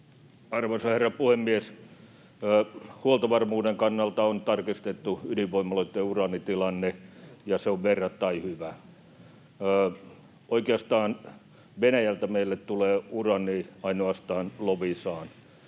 Arvoisa herra puhemies! Huoltovarmuuden kannalta on tarkistettu ydinvoimaloitten uraanitilanne, ja se on verrattain hyvä. Oikeastaan Venäjältä meille tulee urani ainoastaan Loviisaan.